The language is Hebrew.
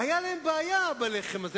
היתה להם בעיה, בלחם הזה.